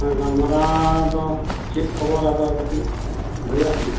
ᱜᱟᱞᱢᱟᱨᱟᱣ ᱫᱚ ᱪᱮᱫ ᱠᱷᱚᱵᱚᱨ ᱟᱫᱚ ᱠᱟᱹᱴᱤᱡ ᱞᱟᱹᱭᱟᱜ ᱢᱮ